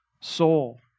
soul